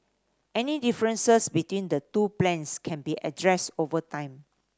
any differences between the two plans can be addressed over time